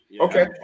Okay